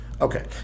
Okay